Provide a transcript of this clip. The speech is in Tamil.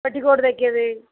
பெட்டிக்கோடு தைக்கிறது